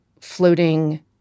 floating